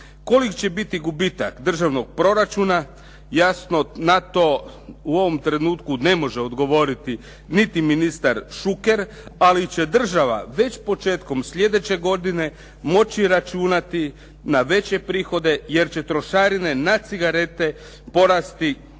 Koliki će biti gubitak državnog proračuna jasno na to u ovom trenutku ne može odgovoriti niti ministar Šuker ali će država već početkom slijedeće godine moći računati na veće prihode jer će trošarine na cigarete porasti na